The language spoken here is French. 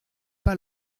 pas